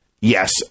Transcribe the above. Yes